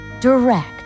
direct